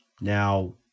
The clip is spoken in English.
Now